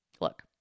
Look